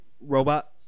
robot